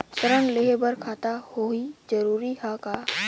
ऋण लेहे बर खाता होना जरूरी ह का?